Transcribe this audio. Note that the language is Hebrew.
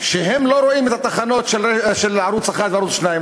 שהם לא רואים את התחנות של ערוץ 1 וערוץ 2,